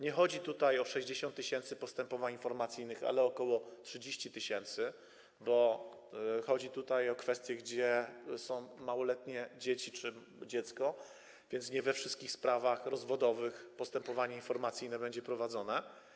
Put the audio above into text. Nie chodzi tutaj o 60 tys. postępowań informacyjnych, ale około 30 tys., bo chodzi tutaj o sytuacje, gdy są małoletnie dzieci czy dziecko, więc nie we wszystkich sprawach rozwodowych postępowanie informacyjne będzie prowadzone.